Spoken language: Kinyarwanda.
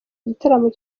igitaramo